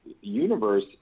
universe